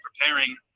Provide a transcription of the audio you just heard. preparing